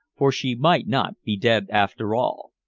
for she might not be dead after all.